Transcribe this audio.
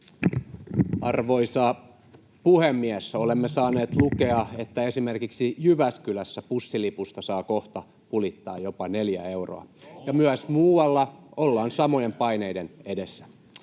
Arvoisa puhemies! Olemme saaneet lukea, että esimerkiksi Jyväskylässä bussilipusta saa kohta pulittaa jopa neljä euroa [Sheikki Laakso: Ohhoh, neljä